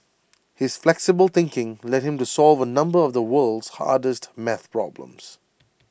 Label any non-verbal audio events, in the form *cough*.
*noise* his flexible thinking led him to solve A number of the world's hardest math problems *noise*